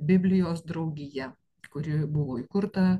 biblijos draugija kuri buvo įkurta